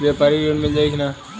व्यापारी ऋण मिल जाई कि ना?